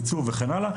עצוב וכן הלאה.